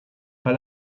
pas